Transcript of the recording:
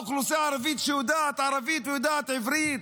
האוכלוסייה הערבית שיודעת ערבית ויודעת עברית,